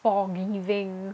forgiving